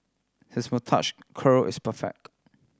his moustache curl is perfect